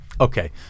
Okay